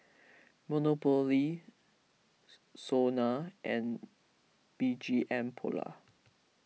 Monopoly Sona and B G M Polo